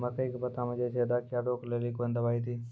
मकई के पता मे जे छेदा क्या रोक ले ली कौन दवाई दी?